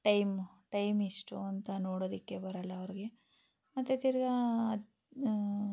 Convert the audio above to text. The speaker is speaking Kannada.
ಟೈಮ್ ಟೈಮ್ ಎಷ್ಟುಅಂತ ನೋಡೋದಕ್ಕೆ ಬರೋಲ್ಲ ಅವ್ರಿಗೆ ಮತ್ತು ತಿರ್ಗಿ ಅದು